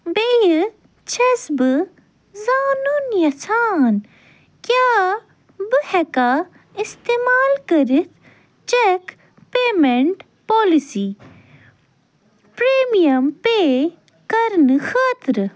بیٚیہِ چھیٚس بہٕ زانُن یژھان کیٛاہ بہٕ ہیٚکا استعمال کٔرِتھ cheque payment policy premium pay کرنہٕ خٲطرٕ